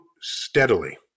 steadily